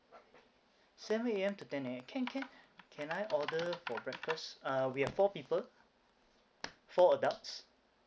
seven A_M to ten A_M can can can I order for breakfast uh we have four people four adults